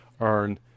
earn